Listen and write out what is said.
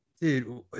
Dude